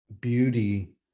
beauty